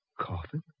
Coffin